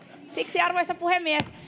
siksi arvoisa puhemies